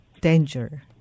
danger